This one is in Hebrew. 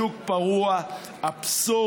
שוק פרוע ואבסורדי.